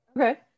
Okay